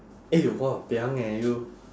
eh !wahpiang! eh you